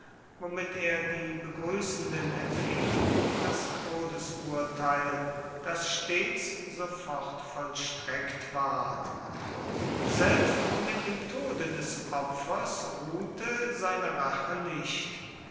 womit er die begrüßenden empfing das todesurteil das stets sofort vollstreckt ward selbst mit dem tode des opfers ruhte seine rache nicht